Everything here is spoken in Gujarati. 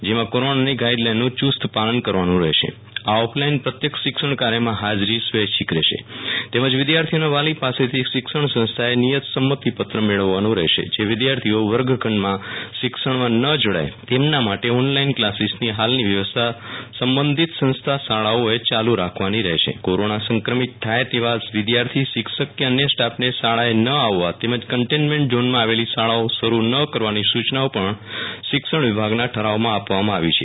જેમાં કોરોનાની ગાઈડલાઈનનું યુસ્ત પાલન કરવાનું રહેશે આ ઓફલાઈન પ્રત્યક્ષ શિક્ષણ કાર્યમાં ફાજરી સ્વૈચ્છિક રહેશે તેમજ વિદ્યાર્થીઓના વાલી પાસેથી શિક્ષણ સંસ્થાએ નિયત સંમતિપત્ર મેળવવાનો રહેશેજે વિદ્યાર્થીઓ વર્ગખંડમાં શિક્ષણમાં ન જોડાય તેમના માટે ઓનલાઇન ક્લાસિસની હાલની વ્યવસ્થા સંબંધિત સંસ્થા શાળાઓએ ચાલુ રાખવાની રહેશે કોરોના સંક્રમિત થાય તેવા વિદ્યાર્થી શિક્ષક કે અન્ય સ્ટાફને શાળાએ ન આવવા તેમજ કન્ટેનમેન્ટ ઝોનમાં આવેલી શાળાઓ શરૂ ન કરવાની સૂ ચનાઓ પણ શિક્ષણ વિભાગના ઠરાવમાં આપવામાં આવી છે